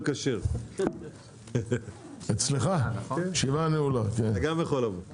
הישיבה ננעלה בשעה 14:00.